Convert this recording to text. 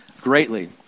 greatly